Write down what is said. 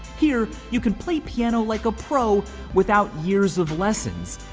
here you can play piano like a pro without years of lessons.